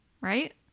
right